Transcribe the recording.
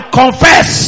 confess